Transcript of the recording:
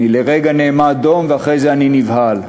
אני לרגע נעמד דום ואחרי זה אני נבהל,